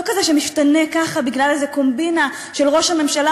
לא כזה שמשתנה ככה בגלל איזו קומבינה של ראש הממשלה,